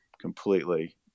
completely